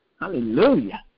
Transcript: Hallelujah